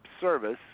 service